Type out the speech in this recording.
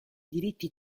diritti